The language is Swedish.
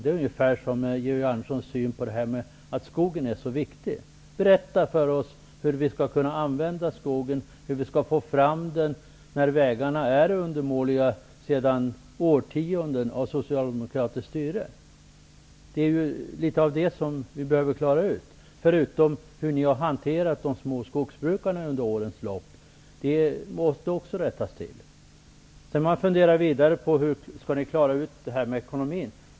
Det är ungefär som Georg Anderssons syn på skogen; att den är så viktig. Berätta för oss hur vi skall kunna använda skogen, hur vi skall få fram den när vägarna är undermånliga efter årtionden av socialdemokratiskt styre! Det är detta vi behöver klara ut, förutom frågan om hur ni har hanterat de små skogsbrukarna under årens lopp. Det är också något som måste rättas till. Man funderar vidare på hur ni socialdemokrater skall klara ekonomin.